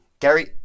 Gary